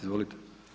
Izvolite.